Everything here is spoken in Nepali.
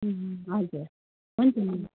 हजुर हुन्छ म्याम